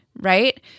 right